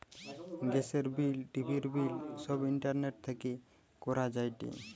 গ্যাসের বিল, টিভির বিল সব ইন্টারনেট থেকে করা যায়টে